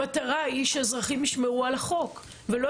המטרה היא שאזרחים ישמרו על החוק ולא